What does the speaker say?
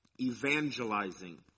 evangelizing